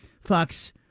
Fox